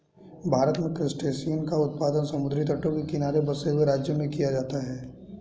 भारत में क्रासटेशियंस का उत्पादन समुद्री तटों के किनारे बसे हुए राज्यों में किया जाता है